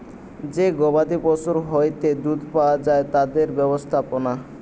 যে গবাদি পশুর হইতে দুধ পাওয়া যায় তাদের ব্যবস্থাপনা